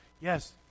Yes